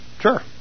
Sure